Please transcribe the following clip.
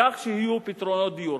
כך שיהיו פתרונות דיור,